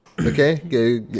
Okay